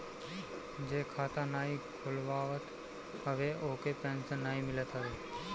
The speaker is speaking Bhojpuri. जे खाता नाइ खोलवावत हवे ओके पेंशन नाइ मिलत हवे